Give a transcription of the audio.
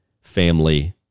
family